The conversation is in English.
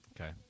okay